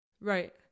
right